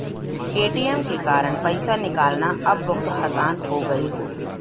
ATM के कारन पइसा निकालना अब बहुत आसान हो गयल हौ